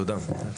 תודה.